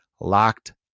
locked